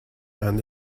and